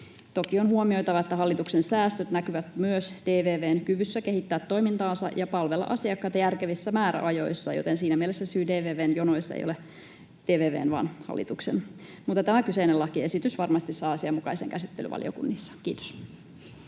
Toki on huomioitava, että hallituksen säästöt näkyvät myös DVV:n kyvyssä kehittää toimintaansa ja palvella asiakkaita järkevissä määräajoissa, joten siinä mielessä syy DVV:n jonoihin ei ole DVV:n vaan hallituksen. Mutta tämä kyseinen lakiesitys varmasti saa asianmukaisen käsittelyn valiokunnissa. — Kiitos.